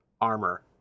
armor